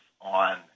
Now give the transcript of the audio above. on